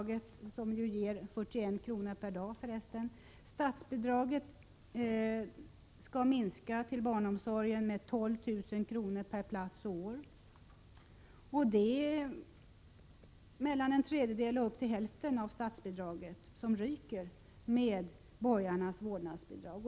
per plats och år för att finansiera detta vårdnadsbidrag, som ger 41 kr. per dag. Det är mellan en tredjedel och hälften av statsbidraget som försvinner med borgarnas vårdnadsbidrag.